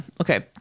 Okay